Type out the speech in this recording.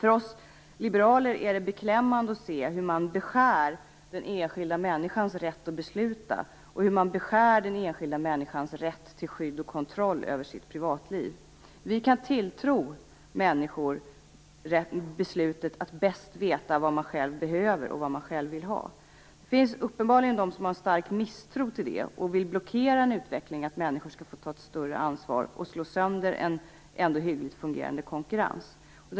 För oss liberaler är det beklämmande att se hur man beskär den enskilda människans rätt att besluta och hur man beskär den enskilda människans rätt till skydd och kontroll över sitt privatliv. Det finns uppenbarligen de som har en stark misstro mot det. Det finns de som vill blockera en utveckling där människor skall få ta ett större ansvar och slå sönder en ändå hyggligt fungerande konkurrens.